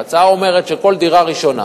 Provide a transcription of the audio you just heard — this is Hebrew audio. ההצעה אומרת שכל דירה ראשונה